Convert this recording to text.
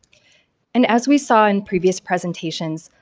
and as we saw in previous presentations,